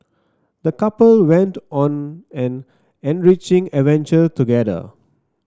the couple went on an enriching adventure together